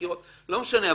לא משנה.